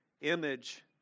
image